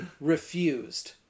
refused